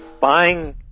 buying